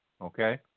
Okay